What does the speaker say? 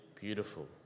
beautiful